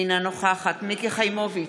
אינה נוכחת מיקי חיימוביץ'